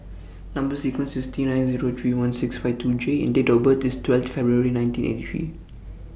Number sequence IS T nine Zero three one six five two J and Date of birth IS twelve February nineteen eighty three